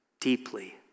deeply